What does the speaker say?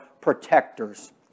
protectors